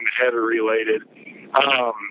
header-related